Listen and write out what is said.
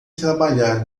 trabalhar